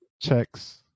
checks